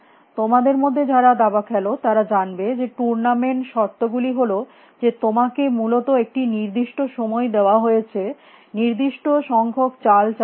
তোমাদের মধ্যে যারা দাবা খেল তারা জানবে যে টুর্নামেন্ট শর্ত গুলি হল যে তোমাকে মূলত একটি নির্দিষ্ট সময় দেওয়া হয়েছে নির্দিষ্ট সংখ্যক চাল চলার জন্য